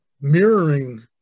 mirroring